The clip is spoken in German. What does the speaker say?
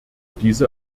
diese